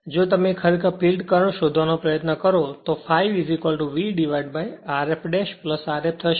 જો તમે ખરેખર ફિલ્ડ કરંટ શોધવાનો પ્રયત્ન કરો તો ∅ V Rf Rf થશે